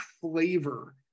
flavor